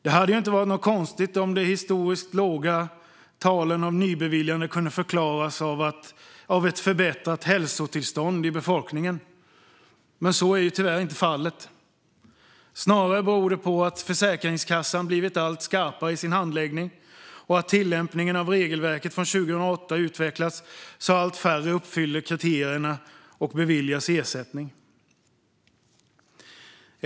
Det hade inte varit något konstigt om de historiskt låga talen av nybeviljande kunde förklaras av ett förbättrat hälsotillstånd i befolkningen, men så är tyvärr inte fallet. Snarare beror det på att Försäkringskassan har blivit allt skarpare i sin handläggning och att tillämpningen av regelverket från 2008 har utvecklats så att allt färre uppfyller kriterierna och beviljas ersättning.